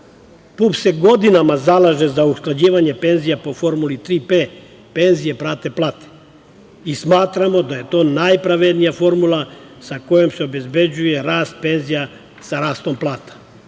se godinama zalaže za usklađivanje penzija po formuli tri P – penzije prate plate i smatramo da je to najpravednija formula sa kojom se obezbeđuje rast penzija sa rastom plata.